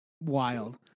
Wild